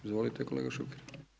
Izvolite kolega Šuker.